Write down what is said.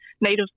native